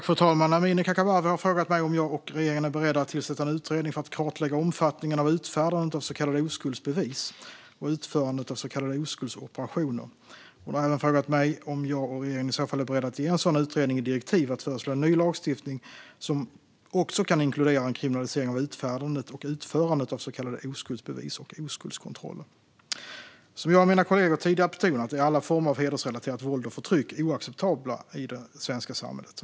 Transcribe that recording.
Fru talman! Amineh Kakabaveh har frågat mig om jag och regeringen är beredda att tillsätta en utredning för att kartlägga omfattningen av utfärdandet av så kallade oskuldsbevis och utförandet av så kallade oskuldsoperationer. Hon har även frågat mig om jag och regeringen i så fall är beredda att ge en sådan utredning i direktiv att föreslå ny lagstiftning som också kan inkludera en kriminalisering av utfärdandet och utförandet av så kallade oskuldsbevis och oskuldskontroller. Som jag och mina kollegor tidigare betonat är alla former av hedersrelaterat våld och förtryck oacceptabla i det svenska samhället.